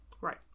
right